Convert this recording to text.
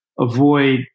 avoid